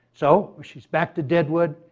so, she's back to deadwood.